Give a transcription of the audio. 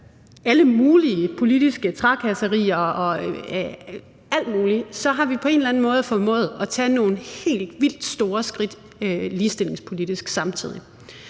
alle mulige politiske trakasserier og alt muligt, har vi på en eller anden måde formået at tage nogle helt vildt store skridt ligestillingspolitisk samtidig,